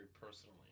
personally